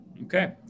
Okay